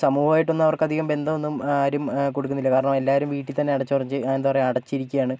സമൂഹമായിട്ടൊന്നും അവർക്ക് അധികം ബന്ധം ഒന്നും ആരും കൊടുക്കുന്നില്ല കാരണം എല്ലാവരും വീട്ടിൽ തന്നെ അടച്ചൊറച്ച് എന്താ പറയാ അടച്ചിരിക്കയാണ്